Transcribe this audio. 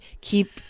keep